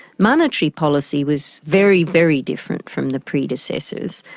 monetary policy was very, very different from the predecessor's.